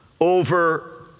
over